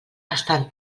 estan